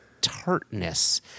tartness